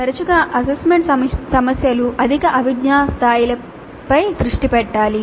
తరచుగా అసైన్మెంట్ సమస్యలు అధిక అభిజ్ఞా స్థాయిలపై దృష్టి పెట్టాలి